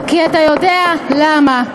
כי אתה יודע למה."